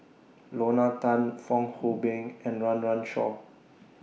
Lorna Tan Fong Hoe Beng and Run Run Shaw